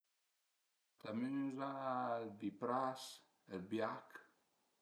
La ratamüza, ël vipras, ël biach